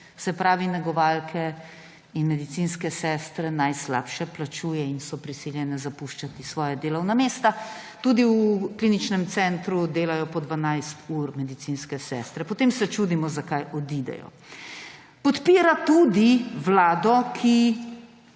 se pravi negovalke in medicinske sestre, najslabše plačuje in so prisiljene zapuščati svoja delovna mesta. Tudi v kliničnem centru delajo po 12 ur medicinske sestre in potem se čudimo, zakaj odidejo. Podpira tudi vlado, ki